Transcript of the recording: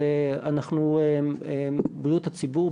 בריאות הציבור,